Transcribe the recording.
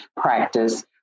practice